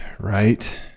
right